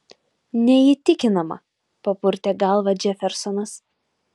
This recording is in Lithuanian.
neįtikinama papurtė galvą džefersonas